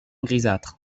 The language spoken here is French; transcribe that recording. grisâtre